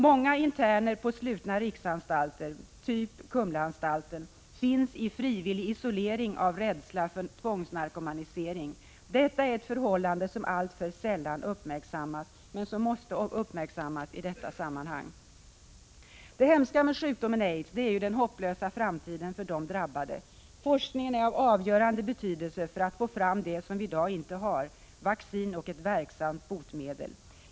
Många interner på slutna riksanstalter, typ Kumlaanstalten, finns i frivillig isolering av rädsla för tvångsnarkomanisering. Detta är ett förhållande som alltför sällan uppmärksammas, men som måste uppmärksammas i detta sammanhang. Det hemska med sjukdomen aids är den hopplösa framtiden för de drabbade. Forskning är av avgörande betydelse för att få fram det som vi i daginte har, vaccin och ett verksamt botemedel.